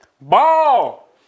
Ball